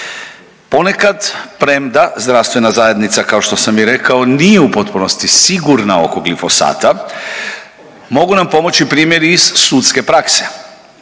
Ponekad premda Zdravstvena zajednica kao što sam i rekao nije u potpunosti sigurna oko glifosata, mogu nam pomoći primjeri iz sudske prakse.